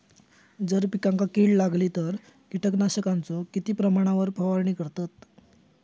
जर पिकांका कीड लागली तर कीटकनाशकाचो किती प्रमाणावर फवारणी करतत?